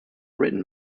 written